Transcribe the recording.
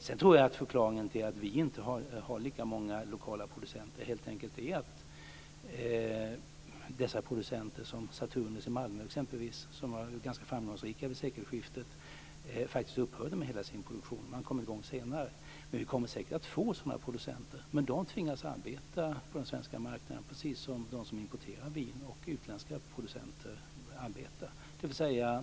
Sedan tror jag att förklaringen till att vi inte har lika många lokala producenter helt enkelt är att vissa producenter, som Saturnus i Malmö, som var ganska framgångsrikt vid sekelskiftet, faktiskt upphörde med hela sin produktion. Man kom i gång senare. Vi kommer säkert att få sådana producenter, men de tvingas arbeta på den svenska marknaden precis så som de som importerar vin och utländska producenter arbetar.